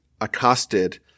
accosted